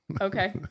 Okay